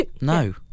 No